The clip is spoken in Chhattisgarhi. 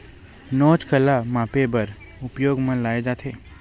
नोच काला मापे बर उपयोग म लाये जाथे?